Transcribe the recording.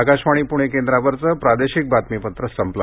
आकाशवाणी पुणे केंद्रावरचं प्रादेशिक बातमीपत्र संपलं